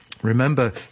Remember